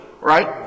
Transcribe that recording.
right